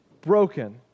Broken